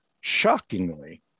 shockingly